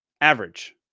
Average